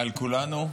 על כולנו,